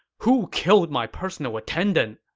who killed my personal attendant!